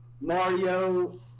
Mario